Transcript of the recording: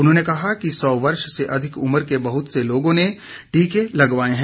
उन्होंने कहा कि सौ वर्ष से अधिक उम्र के बहुत से लोगों ने टीके लगवाये हैं